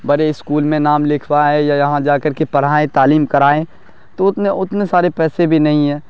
بڑے اسکول میں نام لکھوائیں یا یہاں جا کر کے پڑھائیں تعلیم کرائیں تو اتنے سارے پیسے بھی نہیں ہیں